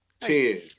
Ten